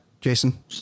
Jason